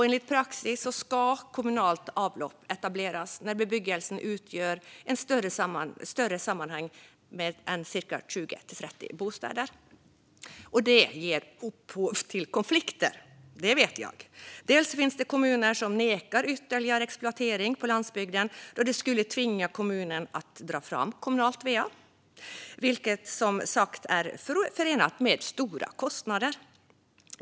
Enligt praxis ska kommunalt avlopp etableras när bebyggelsen utgör ett större sammanhang, 20-30 bostäder. Detta ger upphov till konflikter - det vet jag. Dels finns det kommuner som nekar ytterligare exploatering på landsbygden då det skulle tvinga kommunen att dra fram kommunalt va, vilket som sagt är förenat med stora kostnader.